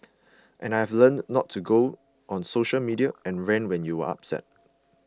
and I've learnt not to go on social media and rant when you're upset